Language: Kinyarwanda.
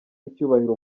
icyubahiro